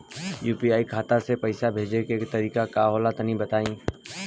UPI खाता से पइसा भेजे के तरीका का होला तनि बताईं?